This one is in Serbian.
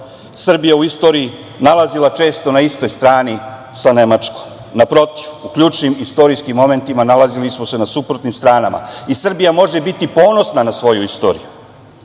Srbija u istoriji nalazila često na istoj strani, sa Nemačkom. Na protiv, u ključnim i istorijskim momentima, nalazili smo se na suprotnim stranama i Srbija može biti ponosna na svoju istoriju.